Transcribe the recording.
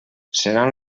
seran